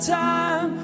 time